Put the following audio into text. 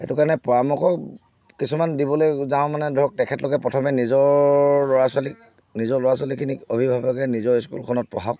সেইটো কাৰণে পৰামৰ্শ কিছুমান দিবলৈ যাওঁ মানে ধৰক তেখেতলোকে প্ৰথমে নিজৰ ল'ৰা ছোৱালীক নিজৰ ল'ৰা ছোৱালীখিনিক অভিভাৱকে নিজৰ স্কুলখনত পঢ়াওক